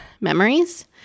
memories